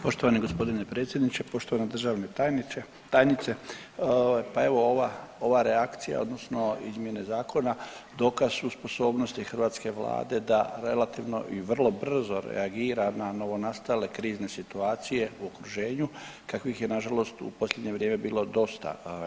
Poštovani gospodine predsjedniče, poštovana državna tajniče, tajnice, pa evo ova, ova reakcija odnosno izmjene zakona dokaz su sposobnosti hrvatske vlade da relativno i vrlo brzo reagira na novonastale krizne situacije u okruženju kakvih je nažalost u posljednje vrijeme bilo dosta.